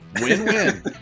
Win-win